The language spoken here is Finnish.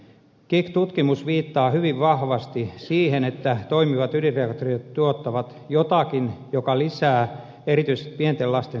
kikk tutkimus viittaa hyvin vahvasti siihen että toimivat ydinreaktorit tuottavat jotakin joka lisää erityisesti pienten lasten syöpäriskejä